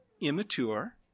immature